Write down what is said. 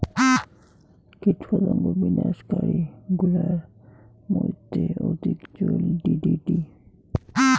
কীটপতঙ্গ বিনাশ কারী গুলার মইধ্যে অধিক চৈল ডি.ডি.টি